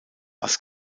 was